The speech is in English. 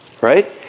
Right